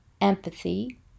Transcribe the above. empathy